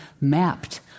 mapped